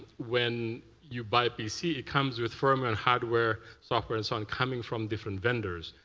when you buy a bc it comes with firmware, hardware, software, and so on, coming from different vendors.